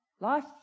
life